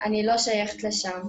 אני לא שייכת לשם.